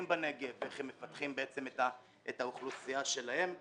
בנגב ואיך הם מפתחים את האוכלוסייה שלהם.